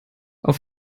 auf